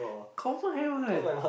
confirm have [one]